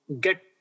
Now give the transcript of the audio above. get